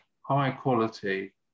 high-quality